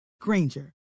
Granger